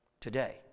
today